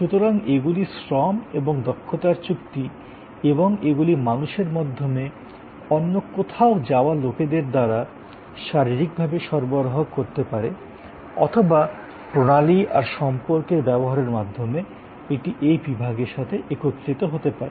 সুতরাং এগুলি শ্রম এবং দক্ষতার চুক্তি এবং এগুলি মানুষের মাধ্যমে অন্য কোথাও থাকা লোকেদের দ্বারা শারীরিকভাবে সরবরাহ করা যেতে পারে অথবা প্রণালী আর সম্পর্কের ব্যবহারের মাধ্যমে এটি এই বিভাগের সাথে একত্রিত হতে পারে